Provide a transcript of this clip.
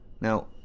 Now